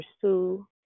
pursue